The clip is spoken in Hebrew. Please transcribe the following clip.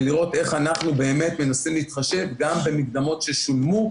ולראות איך אנחנו באמת מנסים להתחשב גם במקדמות ששולמו.